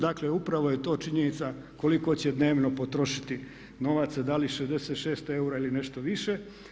Dakle, upravo je to činjenica koliko će dnevno potrošiti novaca, da li 66 eura ili nešto više.